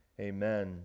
Amen